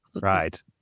Right